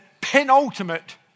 penultimate